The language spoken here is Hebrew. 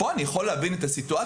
כאן אני יכול להבין את הסיטואציה,